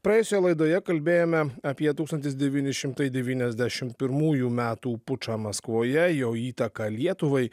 praėjusioje laidoje kalbėjome apie tūkstantis devyni šimtai devyniasdešimt pirmųjų metų pučą maskvoje jo įtaką lietuvai